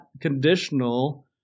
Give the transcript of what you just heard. conditional